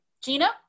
Gina